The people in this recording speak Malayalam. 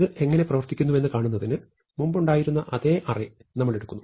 ഇത് എങ്ങനെ പ്രവർത്തിക്കുന്നുവെന്ന് കാണുന്നതിന് മുമ്പുണ്ടായിരുന്ന അതേ അറേ നമ്മൾ എടുക്കുന്നു